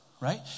right